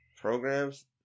programs